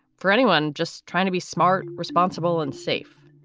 for anyone just trying to be smart, responsible and safe.